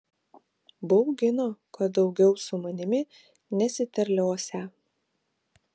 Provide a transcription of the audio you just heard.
baugino kad daugiau su manimi nesiterliosią